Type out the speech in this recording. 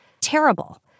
Terrible